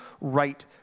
right